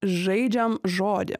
žaidžiam žodį